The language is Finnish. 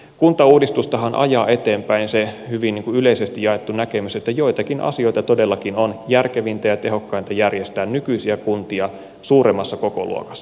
kuntauudistustahan ajaa eteenpäin se hyvin yleisesti jaettu näkemys että joitakin asioita todellakin on järkevintä ja tehokkainta järjestää nykyisiä kuntia suuremmassa kokoluokassa